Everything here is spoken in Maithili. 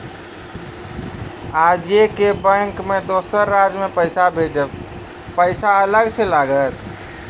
आजे के बैंक मे दोसर राज्य मे पैसा भेजबऽ पैसा अलग से लागत?